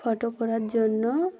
photo করার জন্য